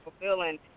fulfilling